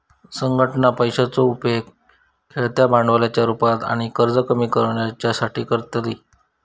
संघटना पैशाचो उपेग खेळत्या भांडवलाच्या रुपात आणि कर्ज कमी करुच्यासाठी करतली